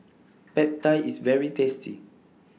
Pad Thai IS very tasty